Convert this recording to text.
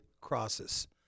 crosses